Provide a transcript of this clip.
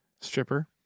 stripper